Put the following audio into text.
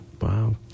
Wow